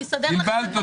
אני אסדר לך את הדברים.